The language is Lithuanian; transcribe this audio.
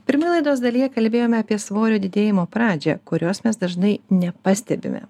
pirmoje laidos dalyje kalbėjome apie svorio didėjimo pradžią kurios mes dažnai nepastebime